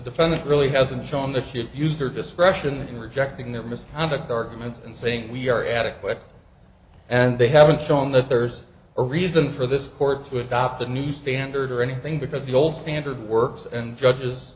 defendant really hasn't shown that she had used her discretion in rejecting that misconduct arguments and saying we are adequate and they haven't shown that there's a reason for this court to adopt the new standard or anything because the old standard works and judges